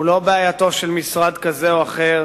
הוא לא בעייתו של משרד כזה או אחר.